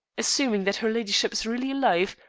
assuming that her ladyship is really alive,